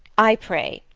i pray,